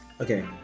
Okay